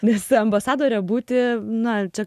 nes ambasadore būti na čia